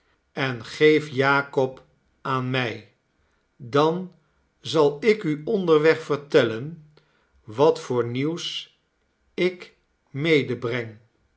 en geef jakob aan mij dan zal ik u onderweg vertellen wat voor nieuws ik medebreng en